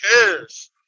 cares